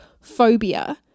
phobia